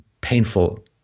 Painful